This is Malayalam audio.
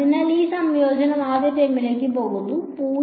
അതിനാൽ ഈ സംയോജനം ആദ്യ ടേമിലേക്ക് പോകുന്നു 0